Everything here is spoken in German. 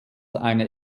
eine